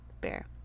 Bear